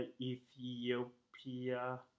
Ethiopia